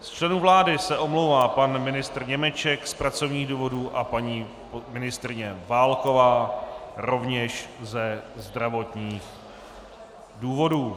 Z členů vlády se omlouvá pan ministr Němeček z pracovních důvodů a paní ministryně Válková rovněž ze zdravotních důvodů.